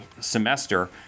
semester